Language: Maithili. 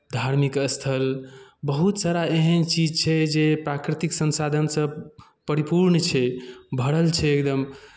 धार्मिक स्थल बहुत सारा एहन चीज छै जे प्राकृतिक संसाधनसँ परिपूर्ण छै भरल छै एकदम